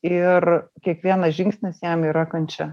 ir kiekvienas žingsnis jam yra kančia